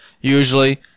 Usually